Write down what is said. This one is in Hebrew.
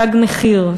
"תג מחיר",